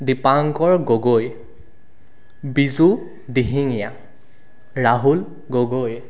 Dipankar Gogoi Biju Dihingia Rahul Gogoi